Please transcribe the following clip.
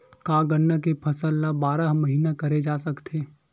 का गन्ना के फसल ल बारह महीन करे जा सकथे?